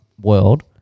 world